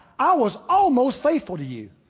i was almost faithful to you.